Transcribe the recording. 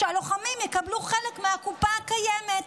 שהלוחמים יקבלו חלק מהקופה הקיימת.